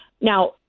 Now